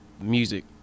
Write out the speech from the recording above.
music